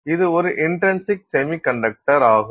இது ஒரு intrinsic semiconductor ஆகும்